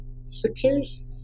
sixers